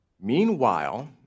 Meanwhile